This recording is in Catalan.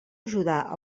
ajudar